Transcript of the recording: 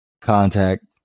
contact